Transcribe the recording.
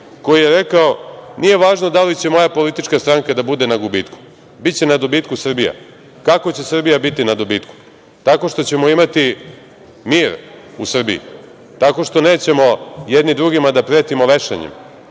koji je rekao: „Nije važno da li će moja politička stranka da bude na gubitku, biće na dobitku Srbija“. Kako će Srbija biti na dobitku? Tako što ćemo imati mir u Srbiji, tako što nećemo jedni drugima da pretimo vešanjem,